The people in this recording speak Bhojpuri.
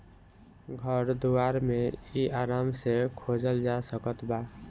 घर दुआर मे इ आराम से खोजल जा सकत बा